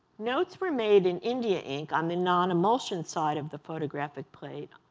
notes were made in india ink on the non-emulsion side of the photographic plate,